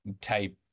type